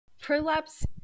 Prolapse